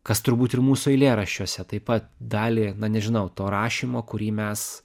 kas turbūt ir mūsų eilėraščiuose taip pat dalį na nežinau to rašymo kurį mes